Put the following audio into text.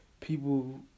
people